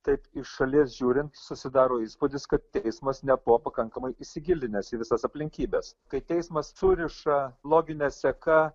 taip iš šalies žiūrint susidaro įspūdis kad teismas nebuvo pakankamai įsigilinęs į visas aplinkybes kai teismas suriša logine seka